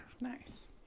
Nice